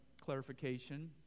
clarification